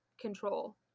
control